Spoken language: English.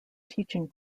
teaching